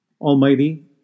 Almighty